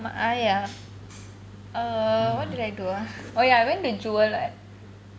ஐயா:iyaa ah err what did I do ah oh ya went to jewel right